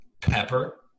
Pepper